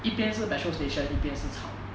一边是 petrol station 一边是草